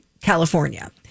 California